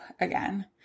again